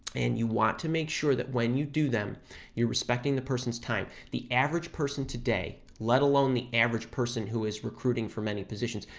and you want to make sure that when you do them you're respecting the person's time. the average person today, let alone the average person who is recruiting for many positions,